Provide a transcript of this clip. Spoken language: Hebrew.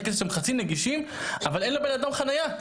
כנסת שהם חצי נגישים אבל אין לנכה חניה.